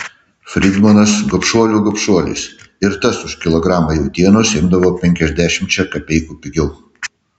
fridmanas gobšuolių gobšuolis ir tas už kilogramą jautienos imdavo penkiasdešimčia kapeikų pigiau